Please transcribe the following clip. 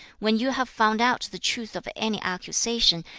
when you have found out the truth of any accusation,